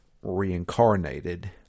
reincarnated